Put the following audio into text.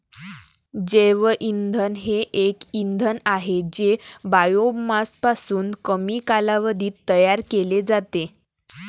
जैवइंधन हे एक इंधन आहे जे बायोमासपासून कमी कालावधीत तयार केले जाते